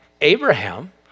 Abraham